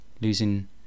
losing